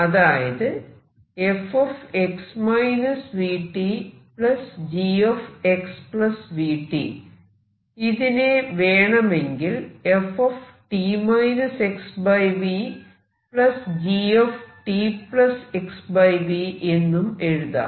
അതായത് ഇതിനെ വേണമെങ്കിൽ എന്നും എഴുതാം